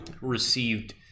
received